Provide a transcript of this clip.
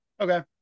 Okay